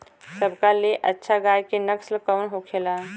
सबका ले अच्छा गाय के नस्ल कवन होखेला?